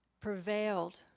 prevailed